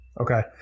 Okay